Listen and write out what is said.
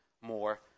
more